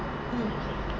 mm